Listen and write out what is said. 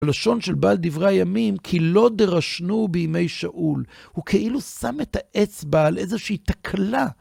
הלשון של בעל דברי הימים "כי לא דרשנוהו בימי שאול", הוא כאילו שם את האצבע על איזושהי תקלה.